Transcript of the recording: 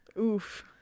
Oof